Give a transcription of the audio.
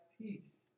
peace